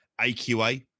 AQA